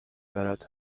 برد